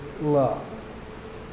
love